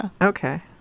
Okay